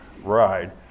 ride